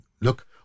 Look